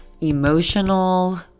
emotional